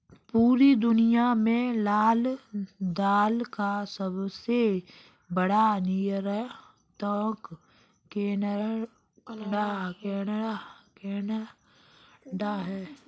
पूरी दुनिया में लाल दाल का सबसे बड़ा निर्यातक केनेडा है